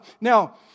Now